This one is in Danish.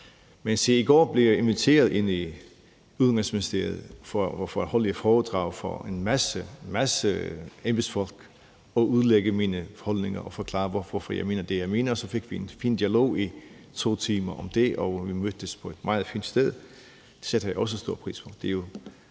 men se, i går blev jeg inviteret ind i Udenrigsministeriet for at holde et foredrag for en masse embedsfolk, udlægge mine holdninger og forklare, hvorfor jeg mener det, jeg mener. Vi fik en fin dialog om det i 2 timer, og vi mødtes på et meget fint sted. Det sætter jeg også stor pris på.